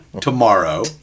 tomorrow